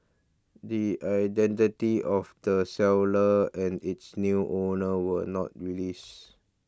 the identity of the seller and its new owner were not released